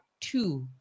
two